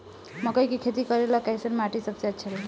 मकई के खेती करेला कैसन माटी सबसे अच्छा रही?